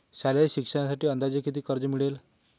शालेय शिक्षणासाठी अंदाजे किती कर्ज मिळेल?